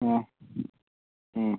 ꯑꯥ ꯎꯝ